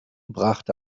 brachte